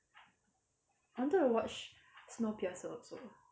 I wanted to watch snowpiercer also